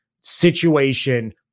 situation